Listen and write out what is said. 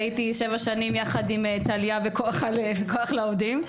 הייתי שבע שנים יחד עם טליה בכוח לעובדים.